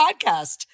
podcast